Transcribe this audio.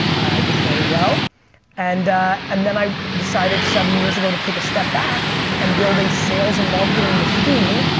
i did very well and and then i decided seven years ago to take a step back and build a sales and marketing machine